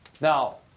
Now